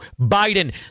Biden